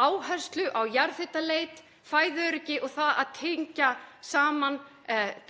áherslu á jarðhitaleit, fæðuöryggi og það að tengja saman